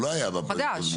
הוא לא היה בבחירות הקודמות?